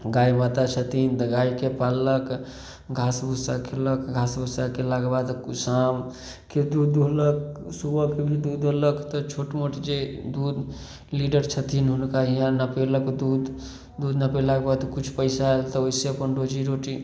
गाय माता छथिन तऽ गायके पाललक घास भूसा केलक घास भूसा केलाके बाद शामके दूध दुहलक सुबहके भी दूध दुहलक तऽ छोट मोट जे दूध लीडर छथिन हुनका हियाँ नपेलक दूध दूध नपेलाके बाद किछु पैसा आयल तऽ ओहिसे अपन रोजीरोटी